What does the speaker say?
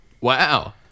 Wow